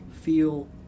feel